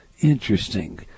Interesting